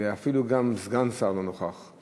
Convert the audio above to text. ואפילו סגן שר לא נוכח.